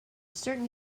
certain